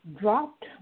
dropped